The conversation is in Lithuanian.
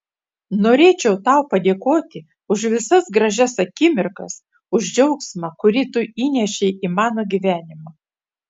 norėčiau tau padėkoti už visas gražias akimirkas už džiaugsmą kurį tu įnešei į mano gyvenimą